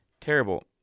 Terrible